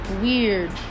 weird